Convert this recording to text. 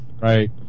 right